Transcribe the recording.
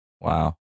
Wow